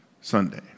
Sunday